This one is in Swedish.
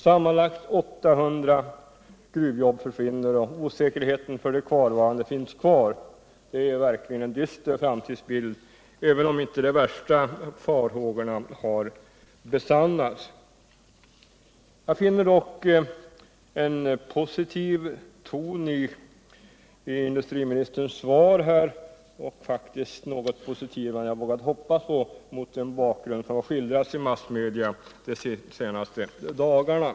Sammanlagt 800 gruvjobb försvinner, och osäkerheten för de kvarvarande består. Det är verkligen en dyster framtidsbild, även om inte de värsta farhågorna har besannats. Jag finner dock en mera positiv ton i industriministerns svar än jag vågat hoppas på mot den bakgrund som har skildrats i massmedia de senaste dagarna.